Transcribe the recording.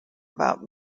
about